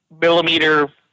millimeter